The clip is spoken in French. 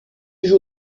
joue